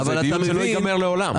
אחרת, הדיון לא ייגמר לעולם.